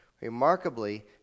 Remarkably